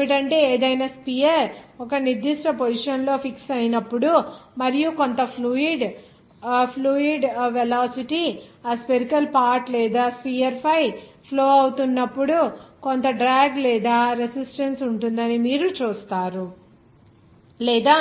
ఏమిటంటే ఏదైనా స్పియర్ ఒక నిర్దిష్ట పొజిషన్ లో ఫిక్స్ అయినపుడు మరియు కొంత ఫ్లూయిడ్ వెలాసిటీ ఆ స్పెరికల్ పార్ట్ లేదా స్పియర్ పై ఫ్లో అవుతున్నపుడు కొంత డ్రాగ్ లేదా రెసిస్టెన్స్ ఉంటుందని మీరు చూస్తారు లేదా